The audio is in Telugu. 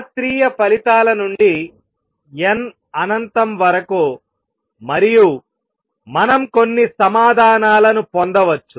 శాస్త్రీయ ఫలితాల నుండి n అనంతం వరకు మరియు మనం కొన్ని సమాధానాలను పొందవచ్చు